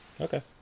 Okay